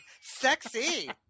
sexy